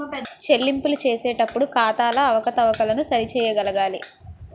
చెల్లింపులు చేసేటప్పుడు ఖాతాల అవకతవకలను సరి చేయగలగాలి